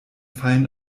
fallen